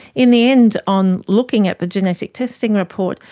in the end on looking at the genetic testing report,